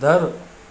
दरु